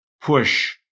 push